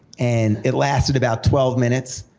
and it lasted about twelve minutes,